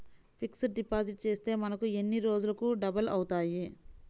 Fixed deposit చేస్తే మనకు ఎన్ని రోజులకు డబల్ అవుతాయి?